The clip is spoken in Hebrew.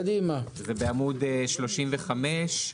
בעמוד 35,